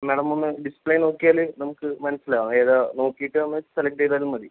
madam ഒന്ന് display നോക്കിയാൽ നമുക്ക് മനസ്സിലാവും ഏതാണെന്ന് നോക്കിയിട്ട് ഒന്നു സെലക്ട് ചെയ്താലും മതി